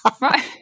Right